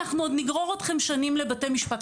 אנחנו עוד נגרור אתכם שנים לבתי משפט,